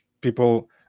people